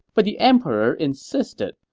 but the emperor insisted,